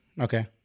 Okay